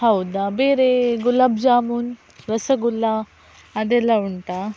ಹೌದಾ ಬೇರೆ ಗುಲಾಬ್ ಜಾಮುನ್ ರಸಗುಲ್ಲ ಅದೆಲ್ಲ ಉಂಟಾ